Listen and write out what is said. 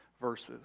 verses